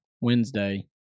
Wednesday